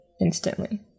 instantly